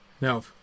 no